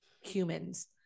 humans